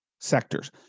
sectors